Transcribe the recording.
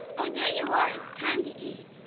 oh, there you are. it's time to eat.